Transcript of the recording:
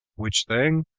which thing,